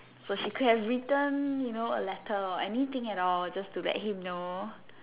so she could have return you know a letter or anything at all just to let him know